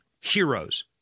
heroes